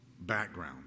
background